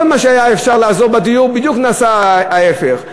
כל מה שאפשר היה לעזור בדיור, נעשה בדיוק ההפך.